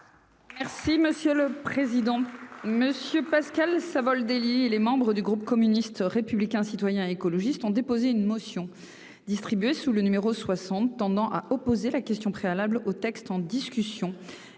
Merci monsieur le président, monsieur Pascal Savoldelli, les membres du groupe communiste. Ce républicain citoyen et écologiste ont déposé une motion distribuée sous le numéro 60 tendant à opposer la question préalable au texte en discussion,